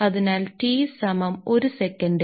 അതിനാൽ t സമം 1 second